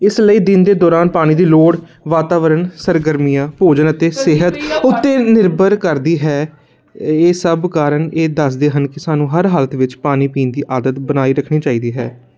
ਇਸ ਲਈ ਦਿਨ ਦੇ ਦੌਰਾਨ ਪਾਣੀ ਦੀ ਲੋੜ ਵਾਤਾਵਰਨ ਸਰਗਰਮੀਆਂ ਭੋਜਨ ਅਤੇ ਸਿਹਤ ਉੱਤੇ ਨਿਰਭਰ ਕਰਦੀ ਹੈ ਇਹ ਸਭ ਕਾਰਨ ਇਹ ਦੱਸਦੇ ਹਨ ਕਿ ਸਾਨੂੰ ਹਰ ਹਾਲਤ ਵਿੱਚ ਪਾਣੀ ਪੀਣ ਦੀ ਆਦਤ ਬਣਾਈ ਰੱਖਣੀ ਚਾਹੀਦੀ ਹੈ